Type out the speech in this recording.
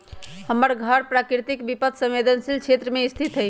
हमर घर प्राकृतिक विपत संवेदनशील क्षेत्र में स्थित हइ